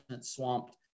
swamped